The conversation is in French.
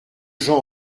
gens